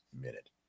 minute